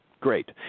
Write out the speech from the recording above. Great